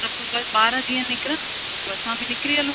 अपू घरु ॿार जीअं निकिरनि त असां बि निकरी हलूं